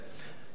תודה רבה.